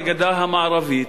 לגדה המערבית,